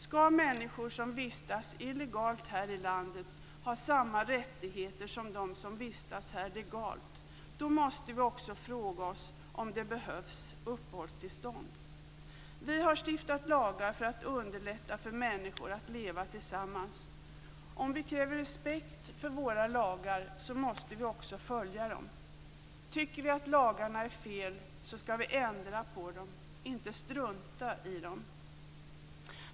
Skall människor som vistas illegalt här i landet ha samma rättigheter som dem som vistas här legalt måste vi också fråga oss om det behövs uppehållstillstånd. Vi har stiftat lagar för att underlätta för människor att leva tillsammans. Om vi kräver respekt för våra lagar måste vi också följa dem. Tycker vi att lagarna är fel skall vi ändra på dem, inte strunta i dem.